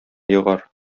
егар